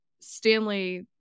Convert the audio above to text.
Stanley